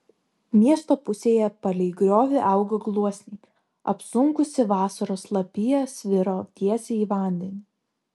miesto pusėje palei griovį augo gluosniai apsunkusi vasaros lapija sviro tiesiai į vandenį